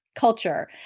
culture